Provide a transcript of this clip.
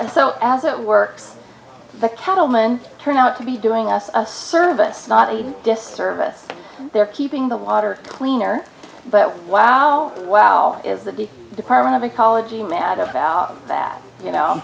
so as it works the cattlemen turn out to be doing us a service not a disservice they're keeping the water cleaner but wow wow is that the department of ecology mad about that you know